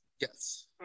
Yes